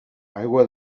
aigua